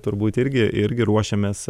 turbūt irgi irgi ruošiamės